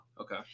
Okay